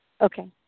Okay